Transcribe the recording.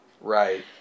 Right